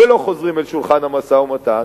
ולא חוזרים לשולחן המשא-ומתן,